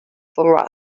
for